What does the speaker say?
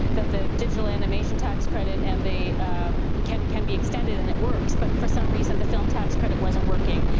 that the digital animation tax credit and the can can be extended and it works but for some reason the film tax credit wasn't working.